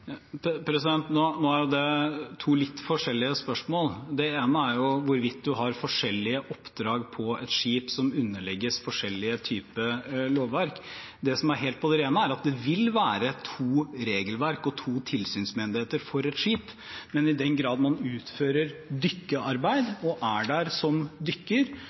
Nå er jo det to litt forskjellige spørsmål. Det ene er hvorvidt en har forskjellige oppdrag på et skip som underlegges forskjellige typer lovverk. Det som er helt på det rene, er at det vil være to regelverk og to tilsynsmyndigheter for et skip, men i den grad man utfører dykkearbeid og er der som dykker,